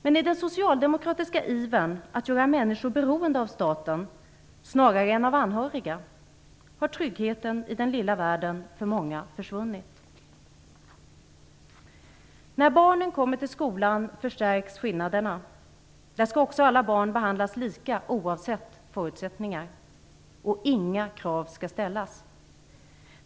Men i den socialdemokratiska ivern att göra människor beroende av staten snarare än av anhöriga har tryggheten i den lilla världen för många försvunnit. När barnen kommer till skolan förstärks skillnaderna. Där skall också alla barn behandlas lika oavsett förutsättningar. Och inga krav skall ställas.